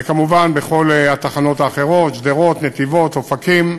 וכמובן בכל התחנות האחרות: שדרות, נתיבות, אופקים,